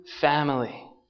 family